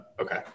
Okay